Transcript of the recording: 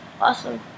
Awesome